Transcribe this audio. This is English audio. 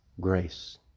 Grace